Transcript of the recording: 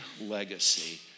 legacy